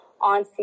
on